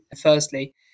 firstly